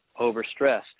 overstressed